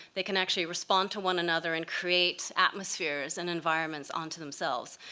they can actually respond to one another and create atmospheres and environments onto themselves.